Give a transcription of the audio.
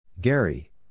Gary